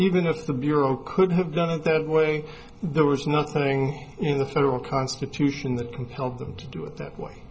even if the bureau could have done it that way there was nothing in the federal constitution that compelled them to do it that way